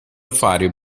fare